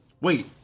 wait